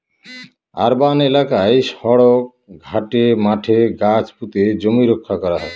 urban এলাকায় সড়ক, ঘাটে, মাঠে গাছ পুঁতে জমি রক্ষা করা হয়